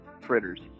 fritters